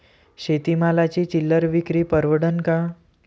शेती मालाची चिल्लर विक्री परवडन का?